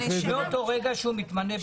מאותו רגע שהוא מתמנה במליאה.